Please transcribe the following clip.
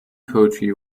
poetry